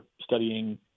studying